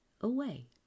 away